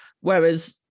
whereas